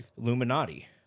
Illuminati